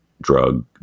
drug